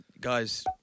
Guys